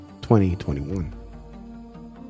2021